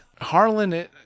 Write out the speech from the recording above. Harlan